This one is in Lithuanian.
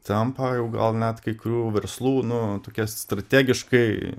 tampa jau gal net kai kurių verslų nu tokie strategiškai